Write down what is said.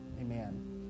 Amen